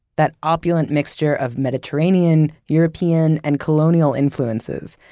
that opulent mixture of mediterranean, european, and colonial influences,